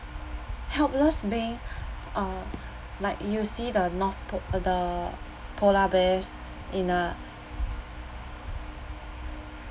helpless being uh like you see the north pole the polar bears in the